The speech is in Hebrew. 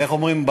איך אומרים?